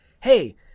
hey